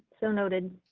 so noted.